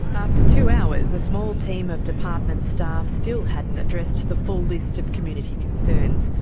after two hours, a small team of department staff still hadn't addressed the full list of community concerns,